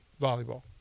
volleyball